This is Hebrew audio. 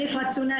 אני אפרת סונא,